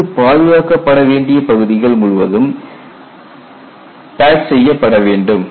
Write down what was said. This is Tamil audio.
நன்கு பாதுகாக்கப்பட வேண்டிய பகுதிகள் முழுவதும் பேட்ச் செய்யப்பட வேண்டும்